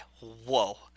whoa